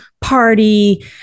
party